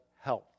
health